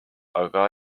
aga